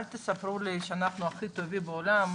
אל תספרו לי שאנחנו הכי טובים בעולם.